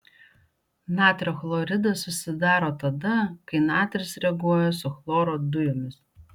natrio chloridas susidaro tada kai natris reaguoja su chloro dujomis